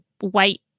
white